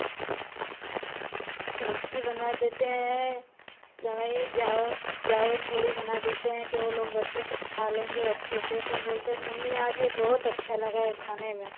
सब्ज़ी बना देते हैं सेवई जावर जाउर पूड़ी बना देते हैं कि वे लोग बच्चे सब खा लेंगे अच्छे से तो बोलते हैं कि मम्मी आज यह बहुत अच्छा लगा है खाने में